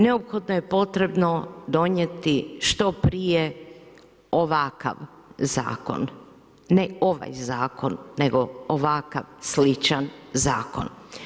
Neophodno je potrebno donijeti što prije ovakav zakon, ne ovaj zakon, nego ovakav sličan zakon.